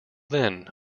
then